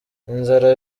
inzara